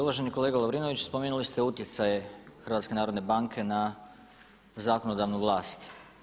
Uvaženi kolega Lovrinović spomenuli ste utjecaje HNB-a na zakonodavnu vlast.